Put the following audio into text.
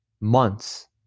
months